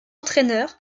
entraîneur